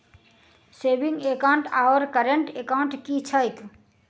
Saving account आओर current account की छैक?